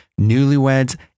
newlyweds